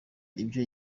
ibyo